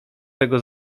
tego